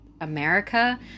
America